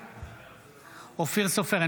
בעד אופיר סופר,